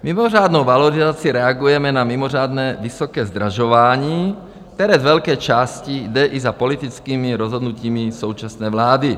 Mimořádnou valorizací reagujeme na mimořádně vysoké zdražování, které z velké části jde i za politickými rozhodnutími současné vlády.